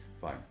Fine